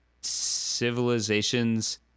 civilizations